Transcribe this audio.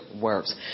works